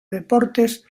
deportes